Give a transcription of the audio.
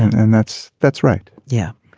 and that's that's right yeah.